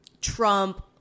Trump